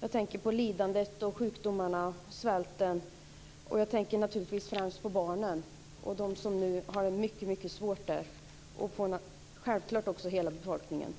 Jag tänker på lidandet, sjukdomarna, svälten, och jag tänker naturligtvis främst på barnen och de som nu har det mycket svårt där. Jag tänker självklart också på hela befolkningen.